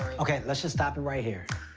okay, let's just stop it right here,